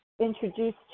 introduced